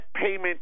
payment